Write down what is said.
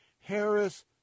Harris